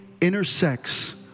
intersects